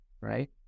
right